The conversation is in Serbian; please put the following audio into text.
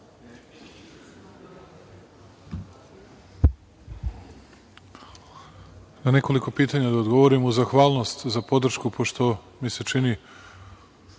Hvala